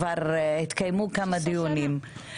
כבר התקיימו כמה דיונים.